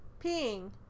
peeing